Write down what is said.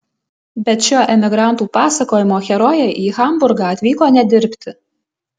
bet šio emigrantų pasakojimo herojė į hamburgą atvyko ne dirbti